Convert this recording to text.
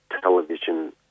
television